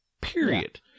Period